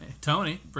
Tony